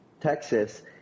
Texas